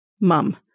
Mum